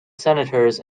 senators